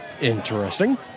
interesting